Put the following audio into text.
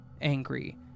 angry